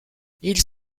ils